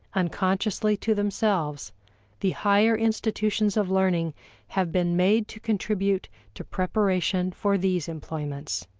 unconsciously to themselves the higher institutions of learning have been made to contribute to preparation for these employments.